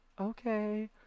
Okay